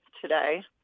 today